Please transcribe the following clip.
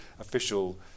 official